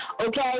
okay